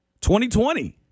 2020